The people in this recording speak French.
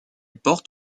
porte